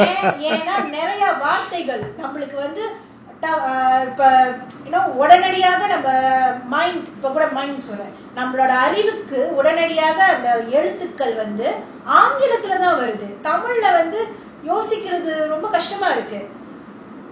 எனாநெறயவார்த்தைகள்நம்மளுக்குவந்துஇப்போஉடனடியாக:yena neraya varthaigal nammaluku vandhu ipo udanadiyaga mind இப்போகூட:ipo kooda mind nu சொல்றேன்நம்மஅறிவுக்குஉடனடியாகஅந்தஎழுத்துக்கள்வந்துஆங்கிலத்துலதான்வருதுதமிழ்லயோசிக்கரொம்பகஷ்டமாஇருக்கு:solren namma arivuku udanadiyaga andha eluthukal vandhu aangilathulathan varuthu tamilla yosika romba kastama iruku